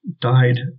died